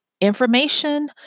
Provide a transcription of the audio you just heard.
information